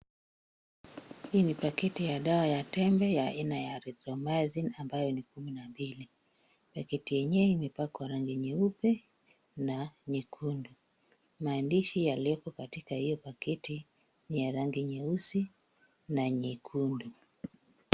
Hii ni pakiti ya dawa ya tembe ya aina ya Rithromazine ambayo ni kumi na mbili. Pakiti yenyewe imepakwa rangi nyeupe na nyekundu. Maandishi ya lebo katika hii pakiti ni ya rangi nyeusi na nyekundu.